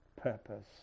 purpose